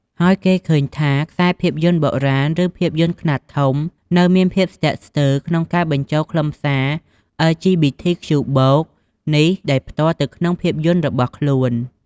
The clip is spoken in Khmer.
ហើយគេឃើញថាខ្សែភាពយន្តបុរាណ ឬភាពយន្ដខ្នាតធំនៅមានភាពស្ទាក់ស្ទើរក្នុងការបញ្ចូលខ្លឹមសារ អិល ជី ប៊ី ធី ខ្ជូ បូក (LGBTQ+) នេះដោយផ្ទាល់ទៅក្នុងភាពយន្ដរបស់ខ្លួន។